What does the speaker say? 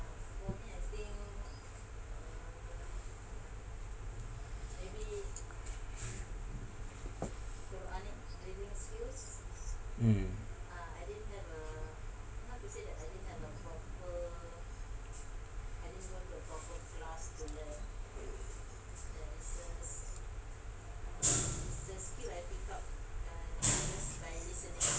mm